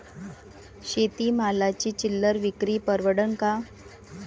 शेती मालाची चिल्लर विक्री परवडन का?